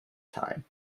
time